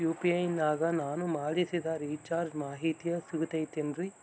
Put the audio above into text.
UPI ನಾಗ ನಾನು ಮಾಡಿಸಿದ ರಿಚಾರ್ಜ್ ಮಾಹಿತಿ ಸಿಗುತೈತೇನ್ರಿ?